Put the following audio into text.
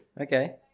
Okay